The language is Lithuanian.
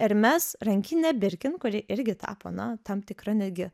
ir mes rankinę birkin kuri irgi tapo na tam tikra netgi